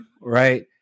right